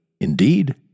Indeed